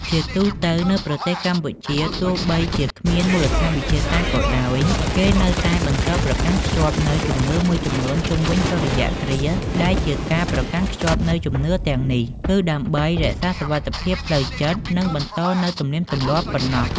ជាទូទៅនៅប្រទេសកម្ពុជា ទោះបីជាគ្មានមូលដ្ឋានវិទ្យាសាស្ត្រក៏ដោយ គេនៅតែបន្តប្រកាន់ខ្ជាប់នូវជំនឿមួយចំនួនជុំវិញសូរ្យគ្រាស ដែលការប្រកាន់ខ្ជាប់នូវជំនឿទាំងនេះ គឺដើម្បីរក្សាសុវត្ថិភាពផ្លូវចិត្ត និងបន្ដនូវទំនៀមទម្លាប់ប៉ុណ្ណោះ ។